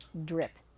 drip.